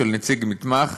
של נציג נתמך,